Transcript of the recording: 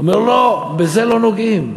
הוא אומר: לא, בזה לא נוגעים.